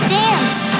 dance